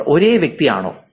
അവർ ഒരേ വ്യക്തിയാണോ